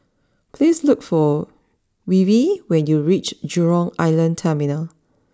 please look for Weaver when you reach Jurong Island Terminal